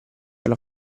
alla